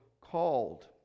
called